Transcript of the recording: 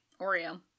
Oreo